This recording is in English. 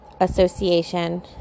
association